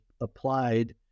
applied